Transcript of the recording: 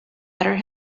better